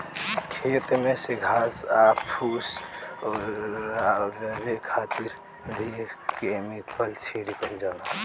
खेत में से घास आ फूस ओरवावे खातिर भी केमिकल छिड़कल जाला